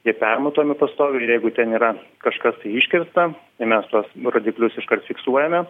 jie permatuojami pastoviai ir jeigu ten yra kažkas tai iškirsta tai mes tuos rodiklius iškart fiksuojame